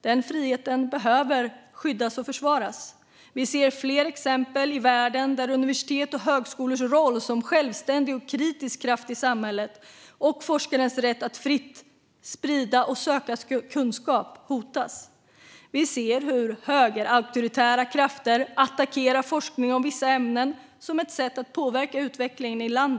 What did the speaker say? Den friheten behöver skyddas och försvaras. Vi ser flera exempel i världen där universitets och högskolors roll som en självständig och kritisk kraft i samhället och forskarens rätt att fritt sprida och söka kunskap hotas. Vi ser hur högerauktoritära krafter attackerar forskning om vissa ämnen som ett sätt att påverka utvecklingen i landet.